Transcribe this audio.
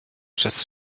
przez